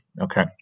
okay